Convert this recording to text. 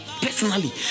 personally